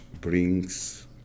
brings